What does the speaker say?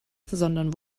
sondern